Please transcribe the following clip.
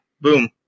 Boom